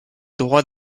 droits